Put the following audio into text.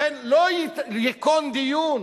לכן, לא ייכון דיון